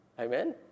Amen